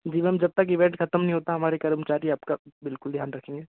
जी ma'am जब तक event खत्म नहीं होता हमारे कर्मचारी आपका बिल्कुल ध्यान रखेंगे